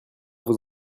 vous